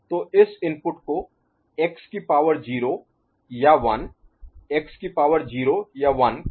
तो इस इनपुट को x की पावर 0 या 1 x की पावर 0 या 1 के रूप में दर्शाया गया है